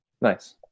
Nice